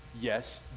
yes